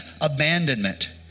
abandonment